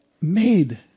made